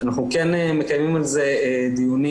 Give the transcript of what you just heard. אנחנו כן מקיימים דיונים.